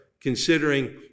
considering